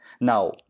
Now